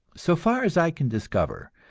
so far as i can discover,